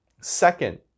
Second